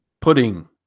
pudding